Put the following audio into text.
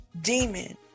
demon